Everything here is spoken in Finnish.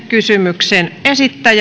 kysymyksen esittäjä